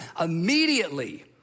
immediately